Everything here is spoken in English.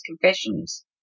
confessions